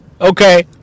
Okay